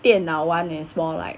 电脑 [one] is more like